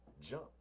jump